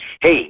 Hey